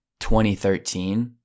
2013